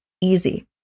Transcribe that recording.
easy